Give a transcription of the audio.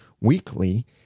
weekly